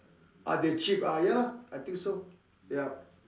ah they cheep uh ya I think so yup